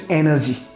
energy